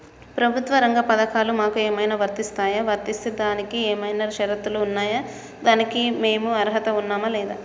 ప్రభుత్వ రంగ పథకాలు మాకు ఏమైనా వర్తిస్తాయా? వర్తిస్తే దానికి ఏమైనా షరతులు ఉన్నాయా? దానికి మేము అర్హత ఉన్నామా లేదా?